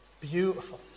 Beautiful